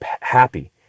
happy